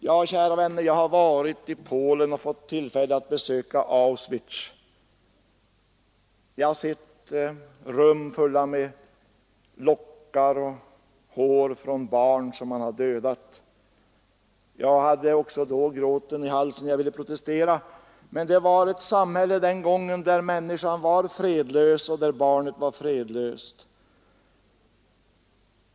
Ja, kära vänner, jag har varit i Polen och haft tillfälle att besöka Auschwitz, och jag har där sett rum fulla med hårlockar från barn som man dödat. Jag hade också då gråten i halsen och ville protestera. Men i det samhälle där det skedde var människan fredlös och barnet fredlöst. Jag kan även gå till Stalins Sovjet, där människan också var fredlös.